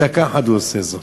בדקה אחת הוא עושה זאת.